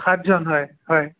সাতজন হয় হয়